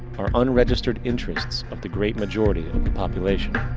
are unregistered interests of the great majority of the population.